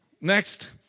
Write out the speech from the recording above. Next